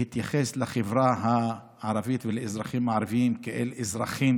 להתייחס לחברה הערבית ולאזרחים הערבים כאל אזרחים